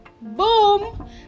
boom